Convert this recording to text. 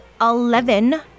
eleven